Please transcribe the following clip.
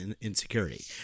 insecurity